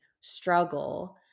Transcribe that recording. struggle